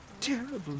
terrible